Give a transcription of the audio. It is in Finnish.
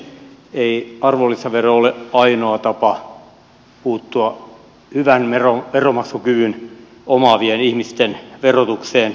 ei arvonlisävero ole ainoa tapa puuttua hyvän veronmaksukyvyn omaavien ihmisten verotukseen